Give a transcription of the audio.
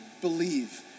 believe